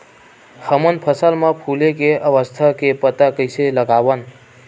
हमन फसल मा फुले के अवस्था के पता कइसे लगावन?